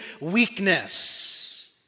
weakness